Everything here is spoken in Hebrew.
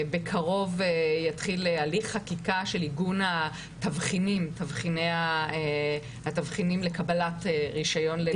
בקרוב יתחיל הליך חקיקה של עיגון התבחינים לקבלת רישיון לנשק.